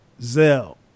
Zell